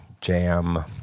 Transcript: jam